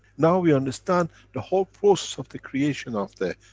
now, we understand the whole process of the creation of the